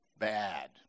bad